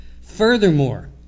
Furthermore